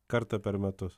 kartą per metus